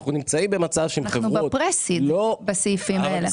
ואנחנו נמצאים במצב שאם חברות -- אנחנו בפרסיב בסעיפים האלה.